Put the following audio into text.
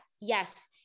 yes